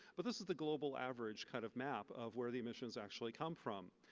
but this is the global average kind of map of where the emissions actually come from.